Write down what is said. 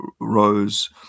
Rose